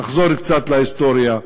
תחזור קצת להיסטוריה,